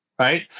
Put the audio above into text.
right